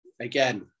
again